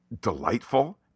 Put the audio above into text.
Delightful